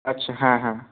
আচ্ছা হ্যাঁ হ্যাঁ